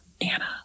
Anna